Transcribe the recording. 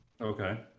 okay